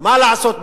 מה לעשות בחינוך,